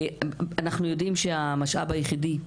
אנחנו יודעים שהמשאב היחידי,